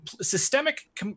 Systemic